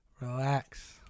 Relax